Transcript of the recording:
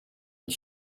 and